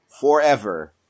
forever